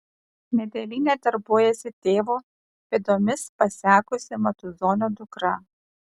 medelyne darbuojasi tėvo pėdomis pasekusi matuzonio dukra